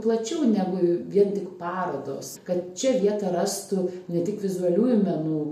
plačiau negu vien tik parodos kad čia vietą rastų ne tik vizualiųjų menų